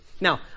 Now